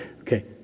Okay